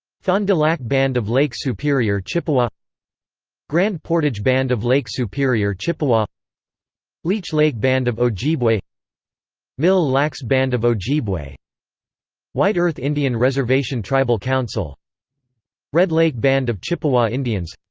fond du lac band of lake superior chippewa grand portage band of lake superior chippewa leech lake band of ojibwe mille lacs band of ojibwe white earth indian reservation tribal council red lake band of chippewa indians